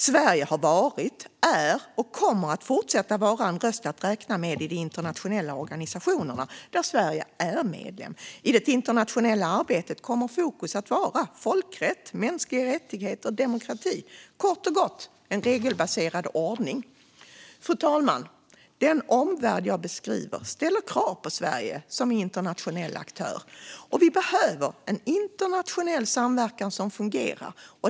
Sverige har varit, är och kommer att fortsätta vara en röst att räkna med i de internationella organisationer som Sverige är medlem i. I det internationella arbetet kommer fokus att vara folkrätt, mänskliga rättigheter och demokrati - kort och gott en regelbaserad ordning. Fru talman! Den omvärld jag beskriver ställer krav på Sverige som internationell aktör. Vi behöver internationell samverkan som fungerar.